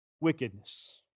wickedness